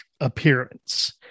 appearance